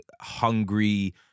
hungry